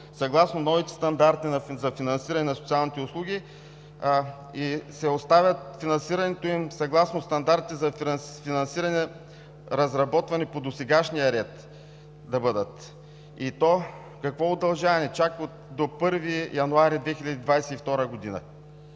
съгласно новите стандарти за финансиране на социалните услуги и се оставя финансирането им да бъде съгласно стандартите за финансиране, разработвани по досегашния ред. И то какво удължаване – чак до 1 януари 2022 г.?!